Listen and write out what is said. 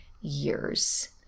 years